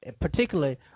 particularly